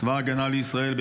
צבא ההגנה לישראל,